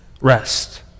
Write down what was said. rest